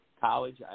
college